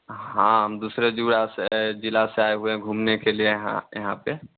हाँ हम दूसरे जुड़ा से ज़िले से आए हुए है घूमने के लिए यहाँ यहाँ पर